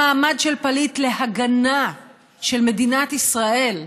למעמד של פליט ולהגנה של מדינת ישראל,